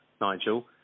Nigel